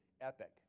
epic